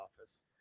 office